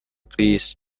please